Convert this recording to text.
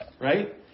right